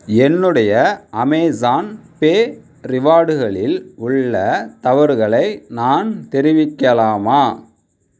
என்னுடைய Amazon Pay ரிவார்டுகளில் உள்ள தவறுகளை நான் தெரிவிக்கலாமா